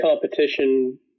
competition